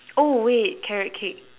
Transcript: oh wait carrot cake